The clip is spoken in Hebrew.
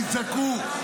תצעקו.